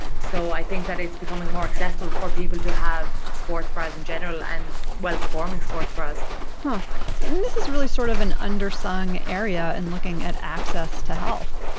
so i think that it's becoming more accessible for people to have sports bras in general and well-performing sports bras but and this is really sort of an under sung area in looking at access to health.